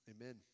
Amen